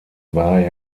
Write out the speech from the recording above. war